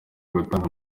gutanga